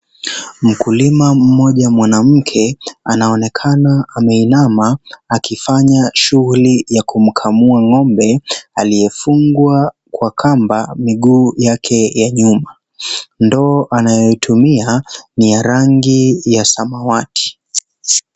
Mkulima mmoja mwanamke anaonekana ameinama akifanya shuguli ya kumkamua ngombe aliyefungwa kwa kamba miguu yake ya nyuma, ndoo anayoitumia ni ya rangi ya samawati.